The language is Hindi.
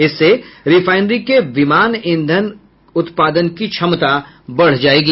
इससे रिफाईनरी के विमान ईंधन उत्पादन की क्षमता बढ़ जायेगी